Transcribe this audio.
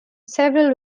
several